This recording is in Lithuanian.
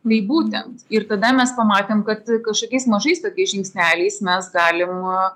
tai būtent ir tada mes pamatėm kad kažkokiais mažais žingsneliais mes galim